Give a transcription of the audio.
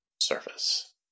service